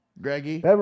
Greggy